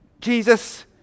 Jesus